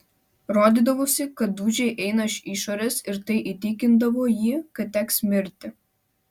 rodydavosi kad dūžiai eina iš išorės ir tai įtikindavo jį kad teks mirti